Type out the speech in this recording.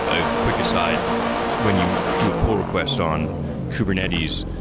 ah quick aside when you do a pull request on kubernetes,